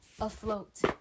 afloat